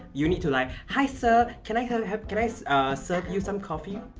you need to like, hi sir! can i kind of can i so serve you some coffee?